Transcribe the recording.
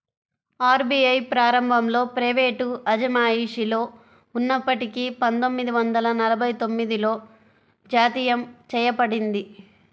RBI ప్రారంభంలో private అజమాయిషిలో ఉన్నప్పటికీ పందొమ్మిది వందల నలభై తొమ్మిదిలో జాతీయం చేయబడింది